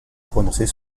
prononcer